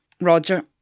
Roger